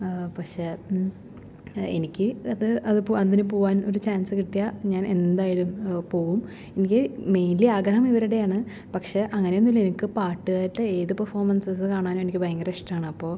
പക്ഷെ എനിക്ക് അത് അതിപ്പോൾ അതിന് പോകാ ൻ ഒര് ചാൻസ് കിട്ടിയാൽ ഞാൻ എന്തായാലും പോകും എനിക്ക് മെയിൻലി ആഗ്രഹം ഇവരുടെയാണ് പക്ഷെ അങ്ങനെയൊന്നുമല്ല എനിക്ക് പാട്ട് കേട്ട് ഏത് പെർഫോമൻസസ് കാണാനും എനിക്ക് ഭയങ്കര ഇഷ്ടമാണ് ഇപ്പോൾ